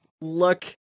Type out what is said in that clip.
Look